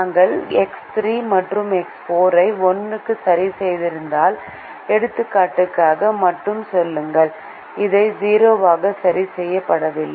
நாங்கள் எக்ஸ் 3 மற்றும் எக்ஸ் 4 ஐ 1 க்கு சரி செய்திருந்தால் எடுத்துக்காட்டுக்காக மட்டும் சொல்லுங்கள் அதை 0 ஆக சரி செய்யவில்லை